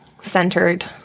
centered